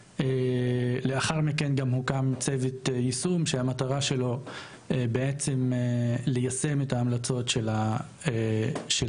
לאחר מכן הוקם צוות יישום שהמטרה שלו בעצם ליישם את ההמלצות של הדוח.